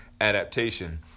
adaptation